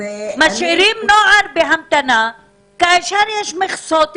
משאירים נוער בהמתנה כאשר יש מכסות פנויות.